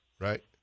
Right